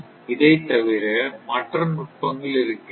இதை தவிர மற்ற நுட்பங்கள் இருக்கின்றன